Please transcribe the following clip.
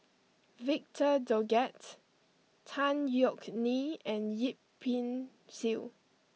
Victor Doggett Tan Yeok Nee and Yip Pin Xiu